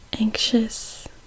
anxious